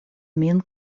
min